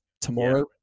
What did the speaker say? tomorrow